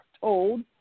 told